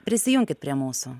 prisijunkit prie mūsų